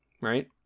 right